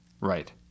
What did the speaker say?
right